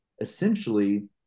essentially